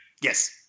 Yes